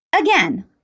Again